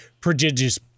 prodigious